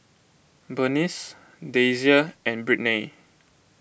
Bernice Dasia and Brittnay